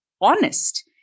honest